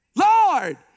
Lord